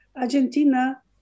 Argentina